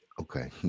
Okay